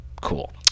Cool